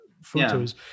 photos